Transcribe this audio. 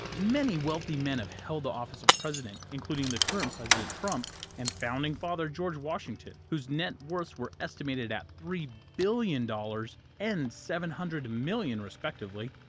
many wealthy men have held the office of president, including the current president, trump and founding father george washington, whose net worths were estimated at three billion dollars and seven hundred million respectively.